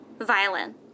violin